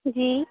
जी